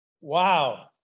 wow